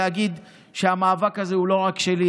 אגיד שהמאבק הזה הוא לא רק שלי.